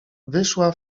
wyszła